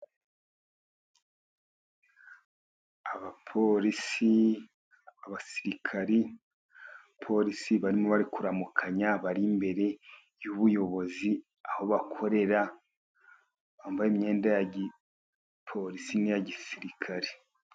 Abapolisi, abasirikari. Abapolisi barimo bari kuramukanya bari imbere y'ubuyobozi aho bakorera, bambaye imyenda ya gipolisi n'iya gisirikare.